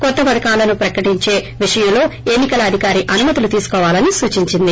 కొత్త పధకాలను ప్రకటించే విషయంలో ఎన్నీ కల అధికారి అనుమతులు తీసుకోవాలని సూచించింది